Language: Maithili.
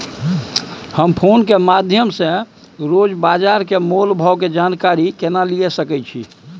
हम फोन के माध्यम सो रोज बाजार के मोल भाव के जानकारी केना लिए सके छी?